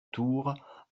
tour